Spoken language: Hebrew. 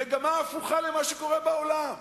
מגמה הפוכה למה שקורה בעולם.